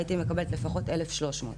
הייתי מקבלת לפחות 1,300 שקל.